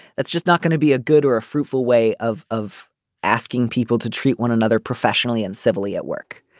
that's just not going to be a good or a fruitful way of of asking people to treat one another professionally and civilly at work.